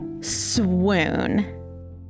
Swoon